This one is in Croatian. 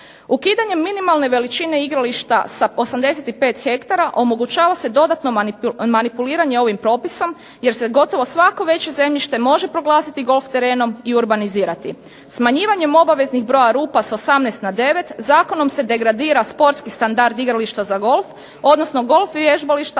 Ukidanjem minimalne veličine igrališta sa 85 hektara omogućava se dodatno manipuliranje ovim propisom jer se gotovo svako veće zemljište može proglasiti golf terenom i urbanizirati. Smanjivanjem obaveznih broja rupa sa 18 na 9 zakonom se degradira sportski standard igrališta za golf odnosno golf vježbališta